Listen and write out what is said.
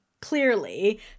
clearly